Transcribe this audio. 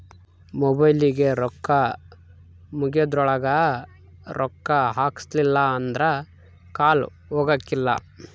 ಮೊಬೈಲಿಗೆ ರೊಕ್ಕ ಮುಗೆದ್ರೊಳಗ ರೊಕ್ಕ ಹಾಕ್ಸಿಲ್ಲಿಲ್ಲ ಅಂದ್ರ ಕಾಲ್ ಹೊಗಕಿಲ್ಲ